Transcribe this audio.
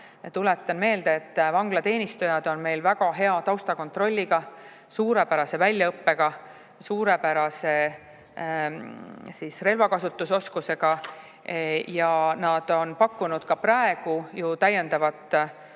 Tuletan meelde, et vanglateenistujad on meil väga hea taustakontrolliga, suurepärase väljaõppega, suurepärase relvakasutusoskusega. Ja nad on pakkunud ka praegu ju täiendavat